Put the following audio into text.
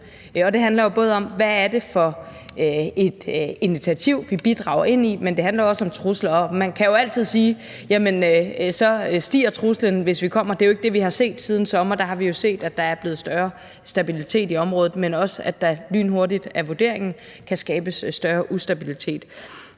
Det handler jo både om, hvad det er for et initiativ, vi bidrager til, men det handler også om trusler. Og man kan jo altid sige, at truslen stiger, hvis vi kommer. Men det er jo ikke det, vi har set. Siden sommer har vi set, at der er blevet større stabilitet i området. Men der kan også lynhurtigt – det er vurderingen – skabes større ustabilitet.